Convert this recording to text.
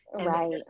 Right